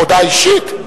הודעה אישית?